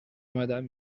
madame